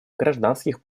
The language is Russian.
гражданских